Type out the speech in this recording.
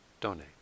donate